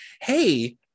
Hey